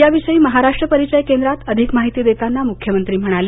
याविषयी महाराष्ट्र परिचय केंद्रात अधिक माहिती देताना मुख्यमंत्री म्हणाले